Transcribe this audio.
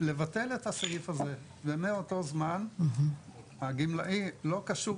לפטל את הסעיף הזה ומאז אותו הזמן הגמלאי לא קשור